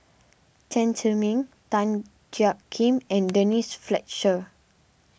Chen Zhiming Tan Jiak Kim and Denise Fletcher